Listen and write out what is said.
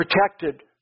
protected